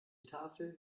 tafel